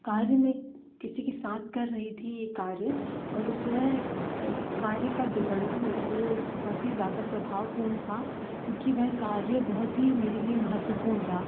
कार्य मैं किसी के साथ कर रही थी ये कार्य और उसमें उस उस कार्य का बिगड़ना मेरे लिए बहुत ही ज़्यादा प्रभावपूर्ण था क्योंकि वह कार्य बहुत ही मेरे लिए महत्वपूर्ण था